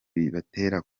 bibatera